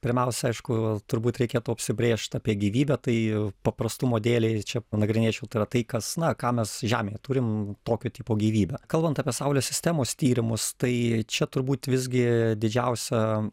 pirmiausia aišku turbūt reikėtų apsibrėžt apie gyvybę tai paprastumo dėlei čia panagrinėčiau tai yra tai kas na ką mes žemėje turim tokio tipo gyvybė kalbant apie saulės sistemos tyrimus tai čia turbūt visgi didžiausią